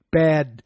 bad